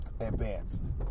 Advanced